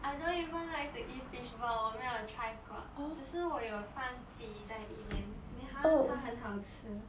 I don't even like to eat fish ball 我没有 try 过只是我有放鸡在里面 then 它它很好吃